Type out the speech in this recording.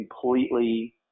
completely